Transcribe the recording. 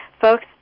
folks